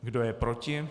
Kdo je proti?